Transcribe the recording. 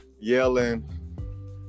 yelling